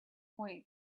point